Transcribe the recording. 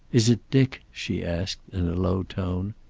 is it dick? she asked in a low tone.